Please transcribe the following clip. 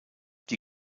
die